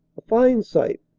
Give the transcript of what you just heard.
a fine sight,